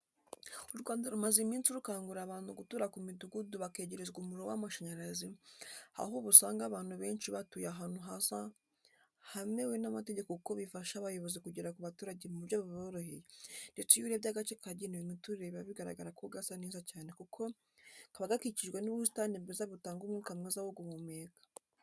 U Rwanda rumaze iminsi rukangurira abantu gutura ku midugudu bakegerezwa umuriro w'amashanyarazi, aho ubu usanga abantu benshi batuye ahantu heza hemewe n'amategeko kuko bifasha abayobozi kugera ku baturage mu buryo buboroheye ndetse iyo urebye agace kagenewe imiturire biba bigaragara ko gasa neza cyane kuko kaba gakikijwe n'ubusitani bwiza butanga umwuka mwiza wo guhumeka.